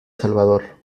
salvador